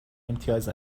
امتیاز